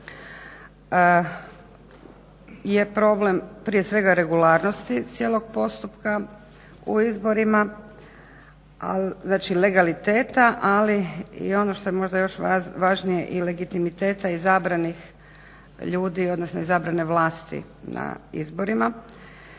je problem prije svega regularnosti cijelog postupka u izborima, znači legaliteta ali i ono što je možda još važnije i legitimiteta izabranih ljudi, odnosno izabrane vlasti na izborima.